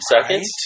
seconds